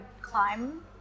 climb